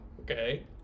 Okay